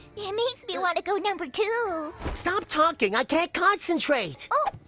it makes me wanna go number two. stop talking i can't concentrate! oh.